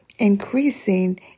Increasing